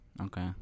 Okay